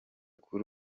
kuri